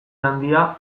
handia